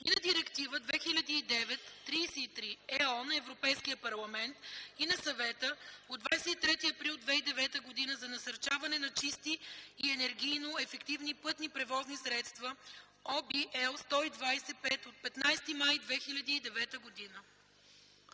и на Директива 2009/33/ЕО на Европейския парламент и на Съвета от 23 април 2009 г. за насърчаване на чисти енергийно ефективни пътни превозни средства (ОВ, L 120/5 от 15 май 2009 г.)”